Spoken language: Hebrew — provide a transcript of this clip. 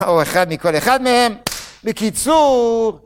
או אחד מכל אחד מהם. בקיצור,